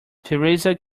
theresa